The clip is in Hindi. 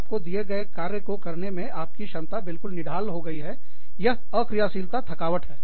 आपको दिए गए कार्य को करने में आपकी क्षमता है बिल्कुल निढाल हो गई है यह अक्रियाशीलता थकावट है